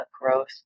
growth